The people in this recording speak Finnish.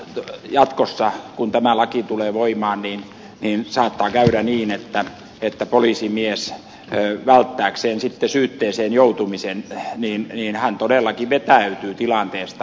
jatkossa kun tämä laki tulee voimaan saattaa käydä niin että poliisimies sitten välttääkseen syytteeseen joutumisen todellakin vetäytyy tilanteesta